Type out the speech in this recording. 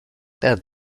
dead